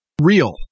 real